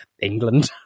England